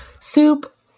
soup